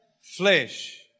flesh